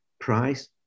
Price